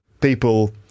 people